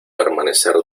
permanecer